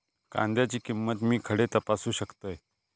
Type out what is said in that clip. कांद्याची किंमत मी खडे तपासू शकतय?